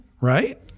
right